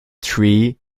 tree